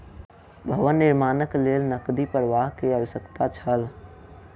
भवन निर्माणक लेल नकदी प्रवाह के आवश्यकता छल